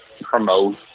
promote